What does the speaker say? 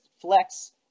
flex